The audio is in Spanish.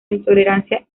intolerancia